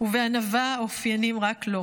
ובענווה האופייניים רק לו.